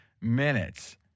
minutes